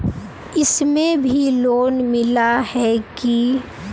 इसमें भी लोन मिला है की